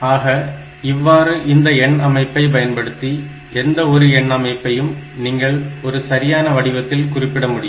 ஆக இவ்வாறு இந்த எண் அமைப்பை பயன்படுத்தி எந்த ஒரு எண் அமைப்பையும் நீங்கள் ஒரு சரியான வடிவத்தில் குறிப்பிட முடியும்